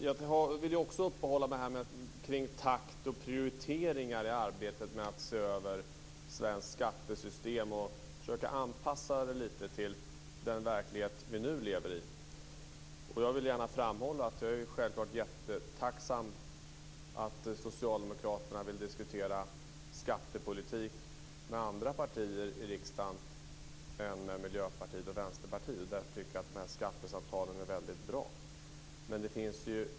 Herr talman! Jag vill uppehålla mig vid takt och prioritering i arbetet med att se över svenskt skattesystem och försöka anpassa det lite till den verklighet vi nu lever i. Jag vill gärna framhålla att jag är jättetacksam att socialdemokraterna vill diskutera skattepolitik med även andra partier i riksdagen än Miljöpartiet och Vänsterpartiet. Därför tycker jag att skattesamtalen är väldigt bra.